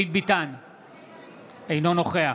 אינו נוכח